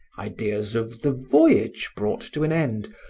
ideas of the voyage brought to an end,